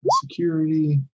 security